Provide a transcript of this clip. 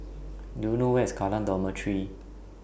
Do YOU know Where IS Kallang Dormitory